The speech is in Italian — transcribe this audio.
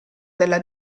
della